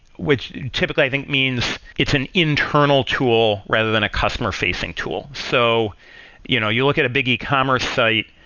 which typically i think means it's an internal tool rather than a customer-facing customer-facing tool. so you know you look at a big e-commerce site,